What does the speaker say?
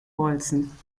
bolzen